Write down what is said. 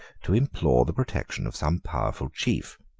to implore the protection of some powerful chief,